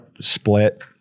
split